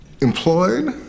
Employed